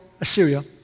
Assyria